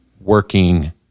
working